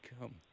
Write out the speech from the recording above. come